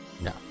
No